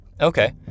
okay